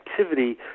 activity